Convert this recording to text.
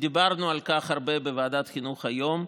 ודיברנו על כך הרבה בוועדת החינוך היום,